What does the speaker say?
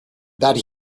that